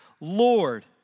Lord